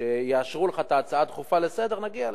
כשיאשרו לך את ההצעה הדחופה לסדר-היום, נגיע לזה.